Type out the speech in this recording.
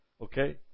Okay